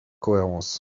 cohérence